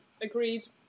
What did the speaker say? agreed